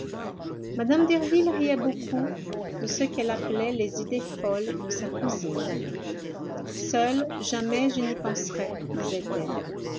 mme derville riait beaucoup de ce qu'elle appelait les idées folles de sa cousine seule jamais je n'y penserais disait-elle